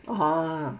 (uh huh)